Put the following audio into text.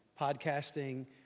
podcasting